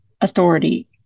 authority